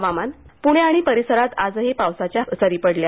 हवामान प्णे आणि परिसरात आजही पावसाच्या हलक्या सरी पडल्या